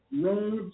roads